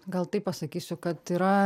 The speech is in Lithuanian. gal taip pasakysiu kad yra